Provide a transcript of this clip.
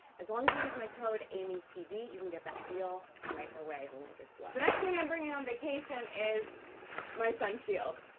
as long as you use my code amytv, you can get that deal right away. the link is below. the next thing i'm bringing on vacation is my sun shield.